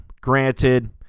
granted